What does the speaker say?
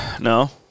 No